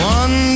one